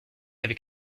avec